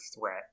threat